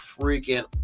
freaking